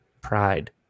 pride